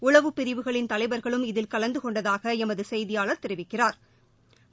உளவுப் பிரிவுகளின் தலைவா்களும் இதில் கலந்து கொண்டதாக எமது செய்தியாளா் தெரிவிக்கிறாா்